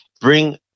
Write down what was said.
bring